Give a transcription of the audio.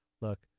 look